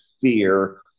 fear